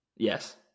Yes